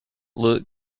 look